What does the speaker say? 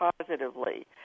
positively